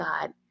God